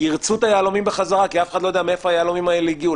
ירצו את היהלומים בחזרה כי אף אחד לא יודע מאיפה היהלומים האלה הגיעו.